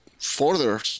further